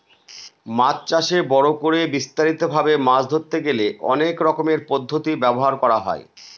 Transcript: মাছ চাষে বড় করে বিস্তারিত ভাবে মাছ ধরতে গেলে অনেক রকমের পদ্ধতি ব্যবহার করা হয়